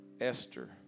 Esther